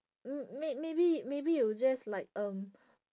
m~ may~ maybe maybe you just like um